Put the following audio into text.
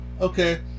Okay